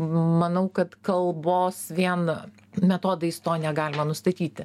manau kad kalbos vien metodais to negalima nustatyti